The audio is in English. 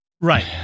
Right